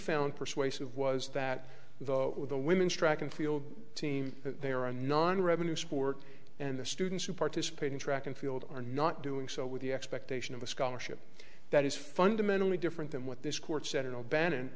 found persuasive was that the women's track and field team they are a non revenue sport and the students who participate in track and field are not doing so with the expectation of a scholarship that is fundamentally different than what this court s